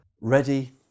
ready